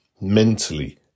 mentally